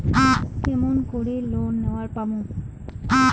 কেমন করি লোন নেওয়ার পামু?